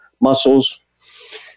muscles